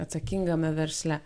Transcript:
atsakingame versle